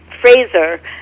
Fraser